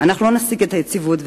לא נשיג את היציבות,